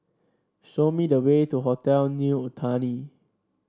show me the way to Hotel New Otani